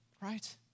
Right